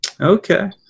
Okay